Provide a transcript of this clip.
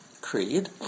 Creed